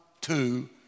two